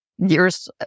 years